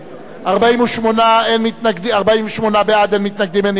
48 בעד, אין מתנגדים, אין נמנעים.